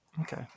Okay